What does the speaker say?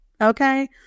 Okay